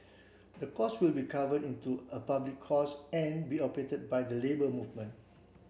the course will be cover into a public course and be operated by the Labour Movement